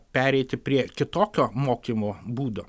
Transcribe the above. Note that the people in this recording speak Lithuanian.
pereiti prie kitokio mokymo būdo